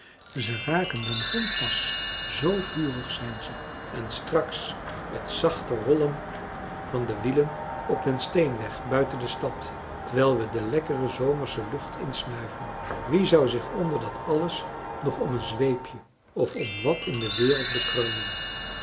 ze raken den grond pas zoo vurig zijn ze en straks het zachter rollen van françois haverschmidt familie en kennissen de wielen op den steenweg buiten de stad terwijl we de lekkere zomersche lucht insnuiven wie zou zich onder dat alles nog om een zweepje of om wat in de wereld bekreunen